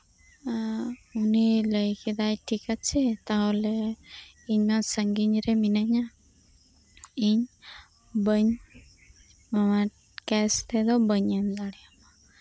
ᱮᱜ ᱩᱱᱤ ᱞᱟᱹᱭ ᱠᱮᱫᱟᱭ ᱴᱷᱤᱠ ᱟᱪᱷᱮ ᱛᱟᱦᱞᱮ ᱤᱧ ᱢᱟ ᱥᱟᱹᱜᱤᱧ ᱨᱮ ᱢᱤᱱᱟᱹᱧᱟ ᱤᱧ ᱵᱟᱹᱧ ᱠᱮᱥ ᱛᱮᱫᱚ ᱵᱟᱹᱧ ᱮᱢ ᱫᱟᱲᱮᱭᱟᱢᱟ